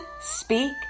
Speak